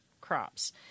crops